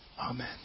Amen